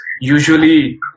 usually